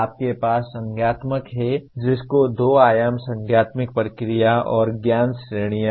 आपके पास संज्ञानात्मक है जिसके दो आयाम हैं संज्ञानात्मक प्रक्रिया और ज्ञान श्रेणियां